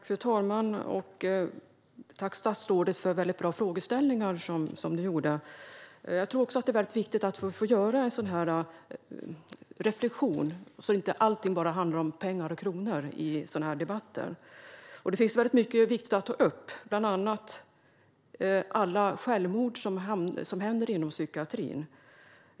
Fru talman! Jag tackar statsrådet för väldigt bra frågeställningar. Jag tror också att det är väldigt viktigt att vi får göra en sådan här reflektion, så att inte allting bara handlar om pengar och kronor i sådana här debatter. Det finns väldigt mycket viktigt att ta upp, bland annat alla självmord som begås inom psykiatrin.